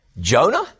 Jonah